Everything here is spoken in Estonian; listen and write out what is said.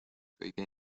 kõige